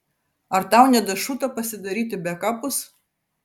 ar tau nedašuto pasidaryti bekapus